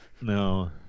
no